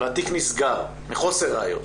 והתיק נסגר מחוסר ראיות.